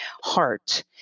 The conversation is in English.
heart